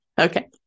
Okay